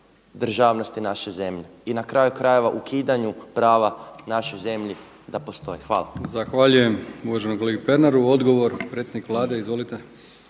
državnosti naše zemlje i na kraju krajeva ukidanju prava našoj zemlji da postoji. Hvala.